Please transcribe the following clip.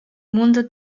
mundo